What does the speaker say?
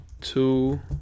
two